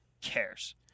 cares